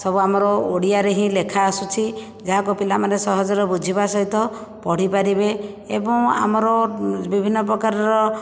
ସବୁ ଆମର ଓଡ଼ିଆରେ ହିଁ ଲେଖା ଆସୁଛି ଯାହାକୁ ପିଲାମାନେ ସହଜରେ ବୁଝିବା ସହିତ ପଢ଼ି ପାରିବେ ଏବଂ ଆମର ବିଭିନ୍ନ ପ୍ରକାରର